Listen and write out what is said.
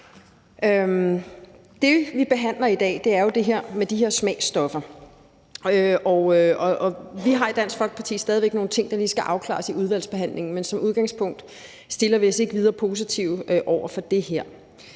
Det, vi behandler i dag, er det med de her smagsstoffer, og vi har i Dansk Folkeparti stadig væk nogle ting, der lige skal afklares i udvalgsbehandlingen, men som udgangspunkt stiller vi os ikke videre positive over for det her.